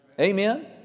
Amen